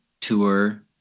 tour